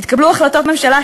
התקבלו החלטות ממשלה,